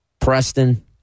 Preston